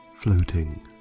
floating